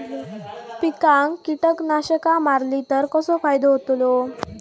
पिकांक कीटकनाशका मारली तर कसो फायदो होतलो?